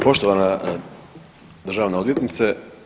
Poštovana državna odvjetnice.